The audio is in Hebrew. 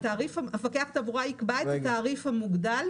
"המפקח על התעבורה יקבע את התעריף המוגדל,